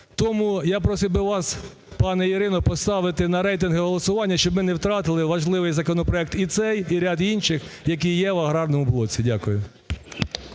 Тому я просив би вас, пані Ірино, поставити на рейтингове голосування, щоб ми не втратили важливий законопроект і цей, і ряд інших, які є в аграрному блоці. Дякую.